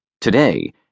Today